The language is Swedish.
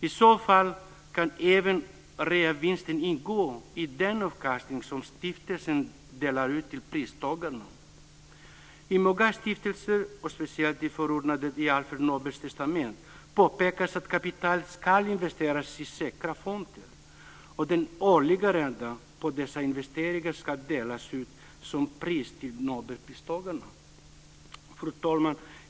I så fall kan även reavinsten ingå i den avkastning som stiftelsen delar ut till pristagarna. I många stiftelser, och speciellt i förordnandet i Alfred Nobels testamente, påpekas att kapitalet ska investeras i säkra fonder, och den årliga räntan på dessa investeringar ska delas ut som pris till nobelpristagarna. Fru talman!